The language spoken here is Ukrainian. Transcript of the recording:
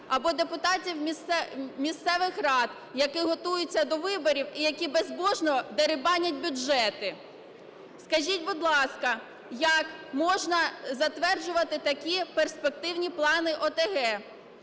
або депутатів місцевих рад, які готуються до виборів і які безбожно дерибанять бюджети. Скажіть, будь ласка, як можна затверджувати такі перспективні плани ОТГ?